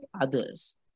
others